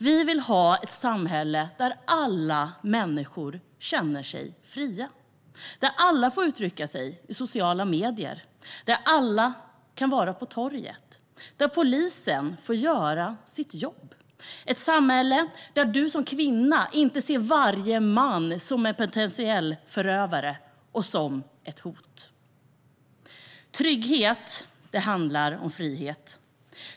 Vi vill ha ett samhälle där alla människor känner sig fria, där alla får uttrycka sig i sociala medier, där alla kan vara på torget och där polisen får göra sitt jobb. Vi vill ha ett samhälle där du som kvinna inte ser varje man som en potentiell förövare och som ett hot. Trygghet handlar om frihet.